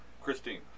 Christine